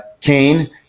Cain